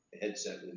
headset